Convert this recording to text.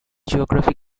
geography